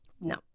no